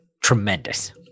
tremendous